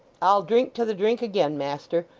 i'll drink to the drink again, master.